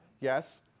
Yes